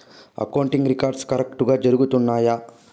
accounting records కరెక్టుగా జరుగుతున్నాయా